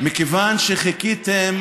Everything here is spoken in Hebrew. מכיוון שחיכיתם